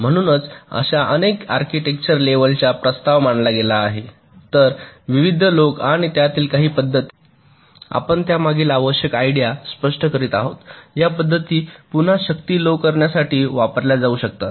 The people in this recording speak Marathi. म्हणूनच अशा अनेक आर्किटेक्चर लेव्हलचा प्रस्ताव मांडला गेला आहे तर विविध लोक आणि त्यातील काही पद्धती आपण त्यामागील आवश्यक आयडिया स्पष्ट करीत आहोत या पद्धती पुन्हा शक्ती लो करण्यासाठी वापरल्या जाऊ शकतात